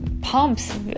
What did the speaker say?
pumps